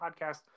podcast